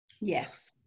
Yes